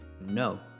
No